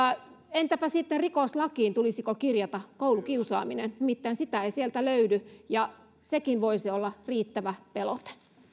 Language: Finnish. entäpä tulisiko rikoslakiin kirjata koulukiusaaminen nimittäin sitä ei sieltä löydy ja sekin voisi olla riittävä pelote